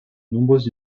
nombreux